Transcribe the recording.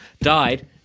Died